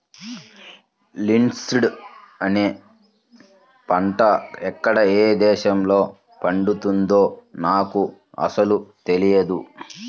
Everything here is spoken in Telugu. లిన్సీడ్ అనే పంట ఎక్కడ ఏ దేశంలో పండుతుందో నాకు అసలు తెలియదు